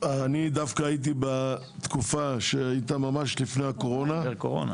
אני דווקא הייתי בתקופה שהייתה ממש לפני הקורונה,